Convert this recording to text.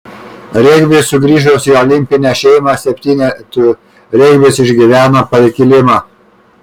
regbiui sugrįžus į olimpinę šeimą septynetų regbis išgyvena pakilimą